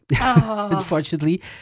unfortunately